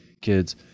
kids